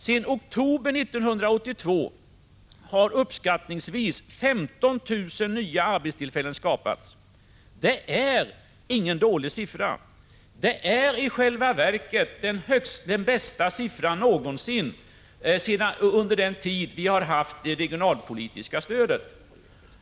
Sedan oktober 1982 har uppskattningsvis 15 000 nya arbetstillfällen skapats. Detta är ingen dålig siffra. Det är i själva verket den högsta siffran någonsin under den tid vi har haft ett regionalpolitiskt stöd.